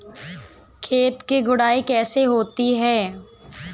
खेत की गुड़ाई कैसे होती हैं?